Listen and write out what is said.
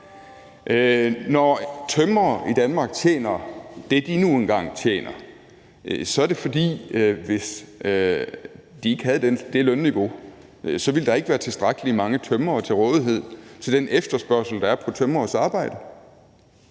Når tømrere i Danmark tjener det, de nu engang tjener, så er det, fordi der ikke ville være tilstrækkeligt mange tømrere til rådighed til den efterspørgsel, der er på tømreres arbejde,